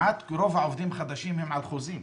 רוב העובדים החדשים הם על חוזים,